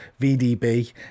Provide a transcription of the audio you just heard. VDB